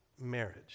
marriage